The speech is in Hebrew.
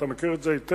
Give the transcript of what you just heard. אתה מכיר את זה היטב,